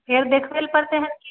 फेर देखबे लए पड़तै हन की